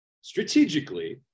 strategically